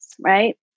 right